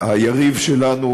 היריב שלנו,